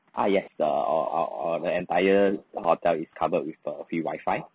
ah yes the uh uh uh the entire hotel is covered with uh free wifi